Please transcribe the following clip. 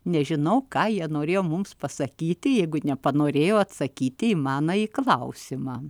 nežinau ką jie norėjo mums pasakyti jeigu nepanorėjo atsakyti į manąjį klausimą